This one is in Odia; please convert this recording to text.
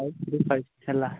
ଫାଇପ୍ ଥ୍ରୀ ଫାଇପ୍ ହେଲା